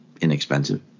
inexpensive